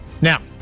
Now